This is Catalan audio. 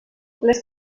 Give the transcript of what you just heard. les